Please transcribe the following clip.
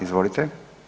Izvolite.